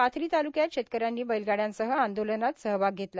पाथरी तालुक्यात शेतकऱ्यांनी बैलगाड्यांसह आंदोलनात सहभाग घेतला